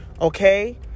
okay